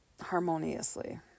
harmoniously